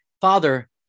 father